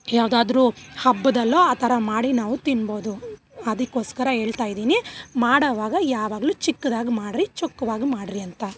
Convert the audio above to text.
ಯಾವುದಾದ್ರೂ ಹಬ್ಬದಲ್ಲೋ ಆ ಥರ ಮಾಡಿ ನಾವು ತಿನ್ಬೋದು ಅದಕೋಸ್ಕರ ಹೇಳ್ತಾಯಿದಿನಿ ಮಾಡೋವಾಗ ಯಾವಾಗಲು ಚಿಕ್ಕದಾಗಿ ಮಾಡಿರಿ ಚೊಕ್ಕವಾಗಿ ಮಾಡಿರಿ ಅಂತ